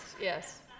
yes